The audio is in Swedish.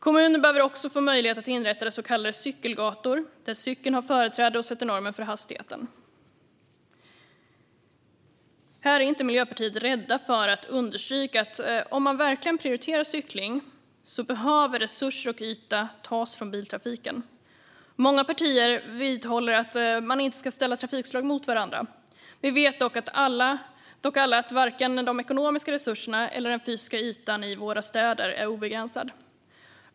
Kommuner behöver också få möjlighet att inrätta så kallade cykelgator, där cykeln har företräde och sätter normen för hastigheten. Här är inte vi i Miljöpartiet rädda för att understryka att om man verkligen prioriterar cykling behöver resurser och yta tas från biltrafiken. Många partier vidhåller att man inte ska ställa trafikslag mot varandra. Vi vet dock alla att varken de ekonomiska resurserna eller den fysiska ytan i våra städer är obegränsade.